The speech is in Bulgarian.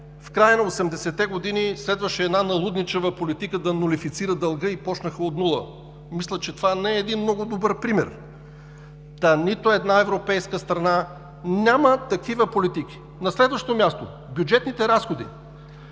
в края на 80-те години следваше една налудничава политика да нулифицира дълга и започнаха от нула. Мисля, че това не е един много добър пример. Та, нито една европейска страна няма такива политики. На следващо място – бюджетните разходи.